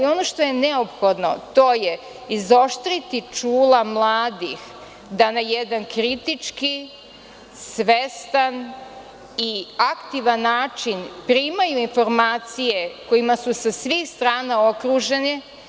Ono što je neophodno, to je izoštriti čula mladih, da na jedna kritički, svestan i aktivan način primaju informacije kojima su sa svih strana okruženi.